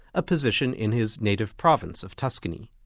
a position in his native province of tuscany.